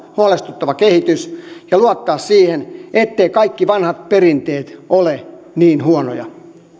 huolestuttava kehitys ja luottaa siihen etteivät kaikki vanhat perinteet ole niin huonoja